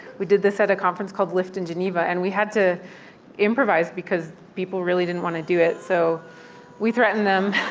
we did this at a conference called lift in geneva. and we had to improvise because people really didn't want to do it. so we threatened them